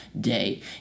day